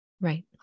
Right